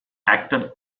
acted